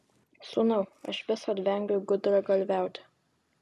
sūnau aš visad vengiau gudragalviauti